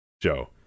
Joe